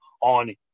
on